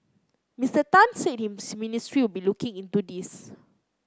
Mister Tan said his ministry will be looking into this